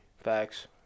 Facts